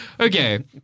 Okay